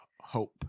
hope